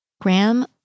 Graham